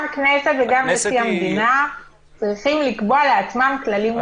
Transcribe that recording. גם כנסת וגם נשיא המדינה צריכים לקבוע לעצמם כללים מותאמים.